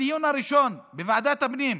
בוועדת הפנים,